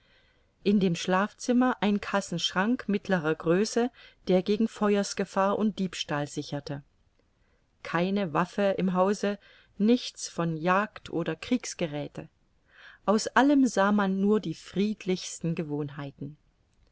in dem schlafzimmer ein kassenschrank mittlerer größe der gegen feuersgefahr und diebstahl sicherte keine waffe im hause nichts von jagd oder kriegsgeräthe aus allem sah man nur die friedlichsten gewohnheiten